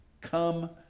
Come